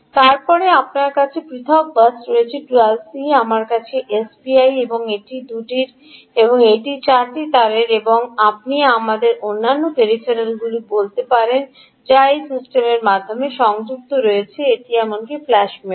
তারপরে আপনার কাছে পৃথক বাস রয়েছে I2c আপনার কাছে এসপিআই রয়েছে এটি 2 টির এবং এটি 4 টি তারের এবং আপনি আমাদের অন্যান্য পেরিফেরিয়ালগুলি বলতে পারেন যা এই সিস্টেমের মাধ্যমে সংযুক্ত রয়েছে এটি এমনকি ফ্ল্যাশ মেমরি